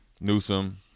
Newsom